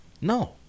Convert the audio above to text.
No